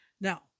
Now